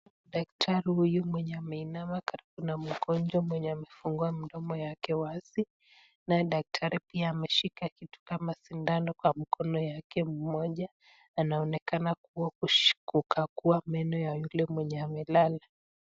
Daktari huyu mwenye ameinama karibu na mgonjwa mwenye amefungua mdomo yake wazi. Naye daktari pia ameshika kitu kama sindano kwa mkono yake mmoja. Anaonekana kua kukagua meno ya yule mwenye amelala.